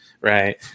right